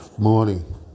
Morning